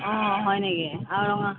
অঁ হয় নেকি আৰু ৰঙা